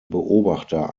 beobachter